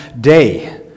day